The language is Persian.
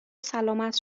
سلامت